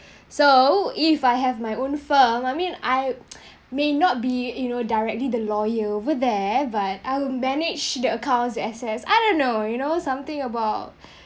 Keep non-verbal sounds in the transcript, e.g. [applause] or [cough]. so if I have my own firm I mean I [noise] may not be you know directly the lawyer over there but I'll manage the account's assets I don't know you know some I think about